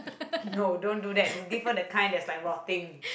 no don't do that to give her the kinds that's like rotting